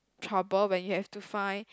trouble when you have to find